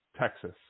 Texas